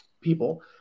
people